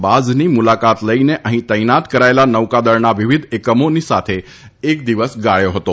બાઝની મુલાકાત લઇને અહીં તૈનાત કરાયેલા નૌકાદળના વિવિધ એકમોની સાથે એક દિવસ ગાબ્યો હતો